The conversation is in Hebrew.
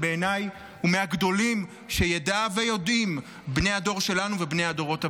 שבעיניי הוא מהגדולים שידע ויודעים בני הדור שלנו ובני הדורות הבאים.